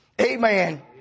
Amen